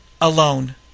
alone